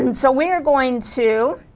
and so we are going to